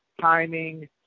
timing